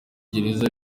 gereza